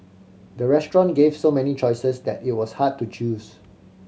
the restaurant gave so many choices that it was hard to choose